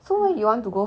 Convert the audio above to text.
!hais!